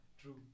True